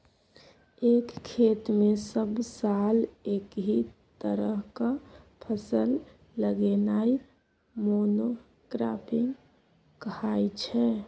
एक खेत मे सब साल एकहि तरहक फसल लगेनाइ मोनो क्राँपिंग कहाइ छै